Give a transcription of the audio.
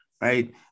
right